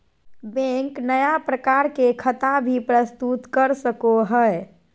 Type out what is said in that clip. bank नया प्रकार के खता भी प्रस्तुत कर सको हइ